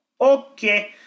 Okay